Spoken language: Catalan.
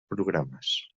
programes